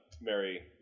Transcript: Mary